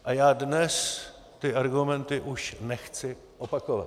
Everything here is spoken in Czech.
A já dnes ty argumenty už nechci opakovat.